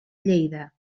lleida